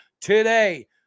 today